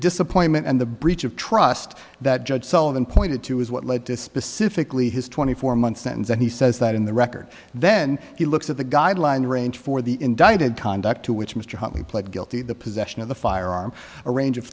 disappointment and the breach of trust that judge sullivan pointed to was what led to specifically his twenty four month sentence and he says that in the record then he looks at the guideline range for the indicted conduct to which mr huntley pled guilty the possession of the firearm a range of